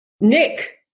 Nick